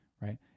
right